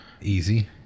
Easy